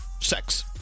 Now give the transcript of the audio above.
sex